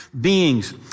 beings